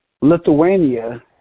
Lithuania